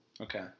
Okay